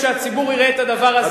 הכול בתמיכה מלאה של הגברת לבני.